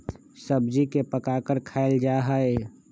सब्जी के पकाकर खायल जा हई